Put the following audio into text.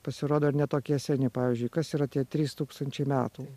pasirodo ir ne tokie seni pavyzdžiui kas yra tie trys tūkstančiai metų